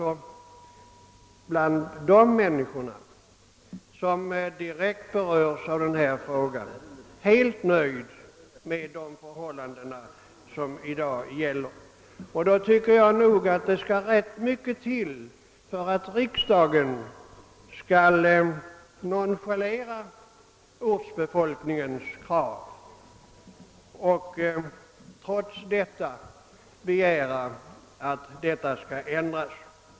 De människor som har direkt beröring med detta område är helt nöjda med de förhållanden som i dag råder. Då skall det enligt min mening rätt mycket till för att riksdagen skall nonchalera ortsbefolkningens önskemål och mot dess vilja begära att få en ändring till stånd.